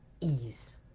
ease